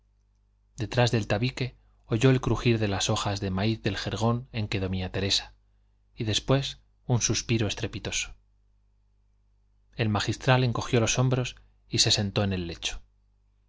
detrás del tabique oyó el crujir de las hojas de maíz del jergón en que dormía teresa y después un suspiro estrepitoso el magistral encogió los hombros y se sentó en el lecho